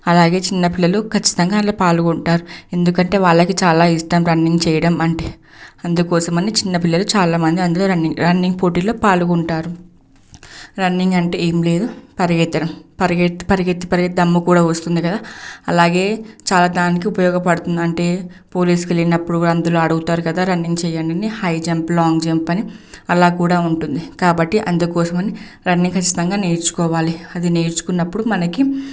అలాగే చిన్న పిల్లలు ఖచ్చితంగా అందులో పాల్గొంటారు ఎందుకంటే చాలా ఇష్టం వాళ్ళకి రన్నింగ్ చేయడం అంటే అందుకోసం అని చిన్న పిల్లలు చాలా మంది రన్నింగ్ రన్నింగ్ పోటీలో పాల్గొంటారు రన్నింగ్ అంటే ఏమి లేదు పరిగెత్తడం పరిగెత్తి పరిగెత్తి పరిగెత్తి దమ్ము కూడా వస్తుంది కదా అలాగే చాలా దానికి ఉపయోగపడుతుంది అంటే పోలీస్కి వెళ్ళినప్పుడు అందులో అడుగుతారు కదా రన్నింగ్ చేయండి అని హై జంప్ లాంగ్ జంప్ అని అలా కూడా ఉంటుంది కాబట్టి అందుకోసం అని రన్నింగ్ ఖచ్చితంగా నేర్చుకోవాలి అది నేర్చుకున్నప్పుడు మనకి